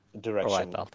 direction